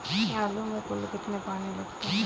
आलू में कुल कितने पानी लगते हैं?